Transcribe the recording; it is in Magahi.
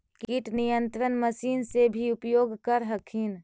किट नियन्त्रण मशिन से भी उपयोग कर हखिन?